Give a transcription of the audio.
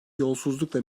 yolsuzlukla